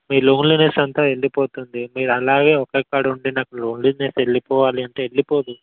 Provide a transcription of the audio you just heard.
మీ loneliness అంతా వెళ్ళిపోతుంది మీరు అలాగే ఒక్కక్కళ్ళు ఉండి నాకు లోన్లీనెస్ వెళ్ళిపోవాలి అంటే వెళ్ళిపోదు